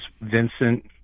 Vincent